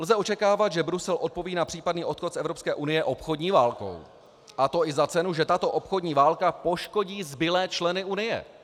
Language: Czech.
Lze očekávat, že Brusel odpoví na případný odchod z Evropské unie obchodní válkou, a to i za cenu, že tato obchodní válka poškodí zbylé členy Unie.